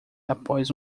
após